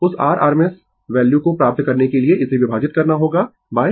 उस r RMS value को प्राप्त करने के लिए इसे विभाजित करना होगा √2